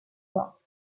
rock